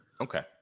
Okay